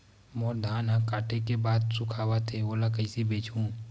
मोर धान ह काटे के बाद सुखावत हे ओला कइसे बेचहु?